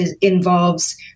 involves